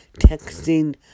texting